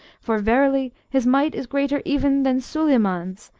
for verily his might is greater even than suleyman's,